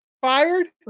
fired